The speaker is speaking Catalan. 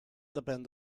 depèn